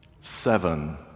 seven